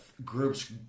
Groups